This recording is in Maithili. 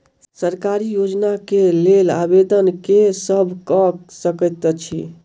सरकारी योजना केँ लेल आवेदन केँ सब कऽ सकैत अछि?